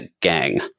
gang